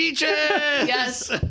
Yes